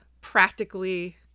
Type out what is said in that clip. practically